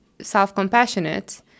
self-compassionate